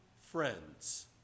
friends